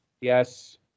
Yes